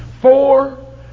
Four